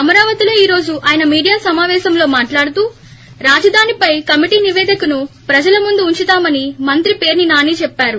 అమరావతిలో ఈ రోజు అయన ఆయన మీడియా సమాపేశంలో మాట్లాడుతూ రాజధానిపై కమిటి నిపేదికను ప్రజల ముందు ఉంచుతామని మంత్రి పేర్సి నాని చెప్పారు